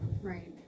Right